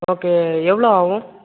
okay எவ்வளோ ஆவும்